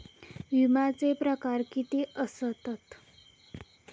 विमाचे प्रकार किती असतत?